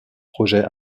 projets